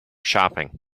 shopping